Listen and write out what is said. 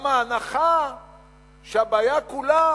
גם ההנחה שהבעיה כולה